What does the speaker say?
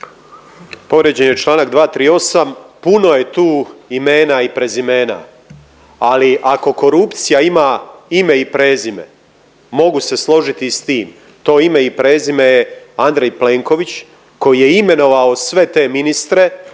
Povrijeđen je čl. 238., puno je tu imena i prezimena, ali korupcija ima ime i prezime mogu se složiti i s tim, to ime i prezime je Andrej Plenković koji je imenovao sve te ministre